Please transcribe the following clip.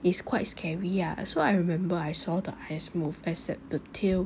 is quite scary ya so I remember I saw the eyes moved except the tail